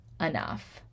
enough